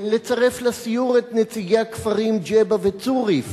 לצרף לסיור את תושבי הכפרים ג'בע וצוריף,